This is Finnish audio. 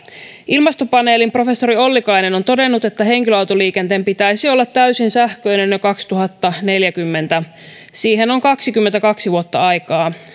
ilmastopaneelin professori ollikainen on todennut että henkilöautoliikenteen pitäisi olla täysin sähköinen jo kaksituhattaneljäkymmentä siihen on kaksikymmentäkaksi vuotta aikaa